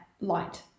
light